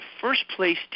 first-place